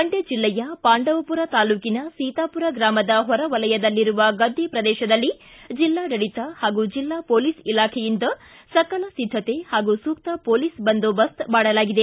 ಮಂಡ್ಯ ಜಿಲ್ಲೆಯ ಪಾಂಡವಪುರ ತಾಲ್ಲೂಕಿನ ಸೀತಾಪುರ ಗ್ರಾಮದ ಹೊರಒಲಯದಲ್ಲಿರುವ ಗದ್ದೆ ಪ್ರದೇಶದಲ್ಲಿ ಜಿಲ್ಲಾಡಳಿತ ಹಾಗೂ ಜಿಲ್ಲಾ ಪೊಲೀಸ್ ಇಲಾಖೆಯಿಂದ ಸಕಲ ಸಿದ್ದತೆ ಹಾಗೂ ಸೂಕ್ತ ಪೊಲೀಸ್ ಬಂದೋಬಸ್ತ್ ಮಾಡಲಾಗಿದೆ